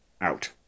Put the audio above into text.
out